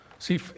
See